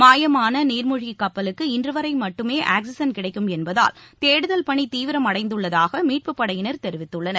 மாயமான நீர்மூழ்கி கப்பலுக்கு இன்றுவரை மட்டுமே ஆக்சிஜன் கிடைக்கும் என்பதால் தேடுதல் பணி தீவிரம் அடைந்துள்ளதாக மீட்பு படையினர் தெரிவித்துள்ளனர்